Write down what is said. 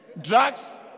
Drugs